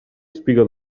espiga